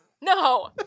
No